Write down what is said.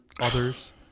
other's